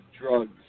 drugs